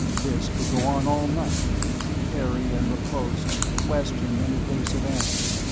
this could go on all night parry and riposte, question and evasive answer,